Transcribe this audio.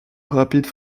rapides